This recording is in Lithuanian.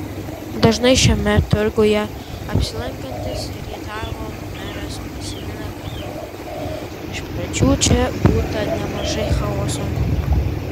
dažnai šiame turguje apsilankantis rietavo meras prisimena kad iš pradžių čia būta nemažai chaoso